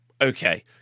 okay